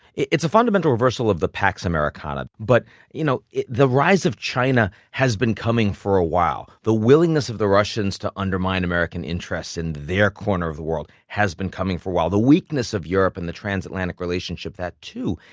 it's a fundamental reversal of the pax americana. but you know the rise of china has been coming for a while. the willingness of the russians to undermine american interests in their corner of the world has been coming for a while. the weakness of europe and the trans-atlantic relationship, that too.